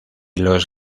los